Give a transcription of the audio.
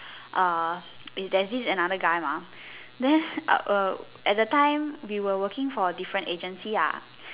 uh there's this another guy mah then uh err at the time we were working for different agency ah